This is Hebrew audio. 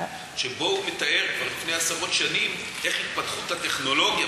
שבו הוא מתאר כבר לפני עשרות שנים איך התפתחות הטכנולוגיה,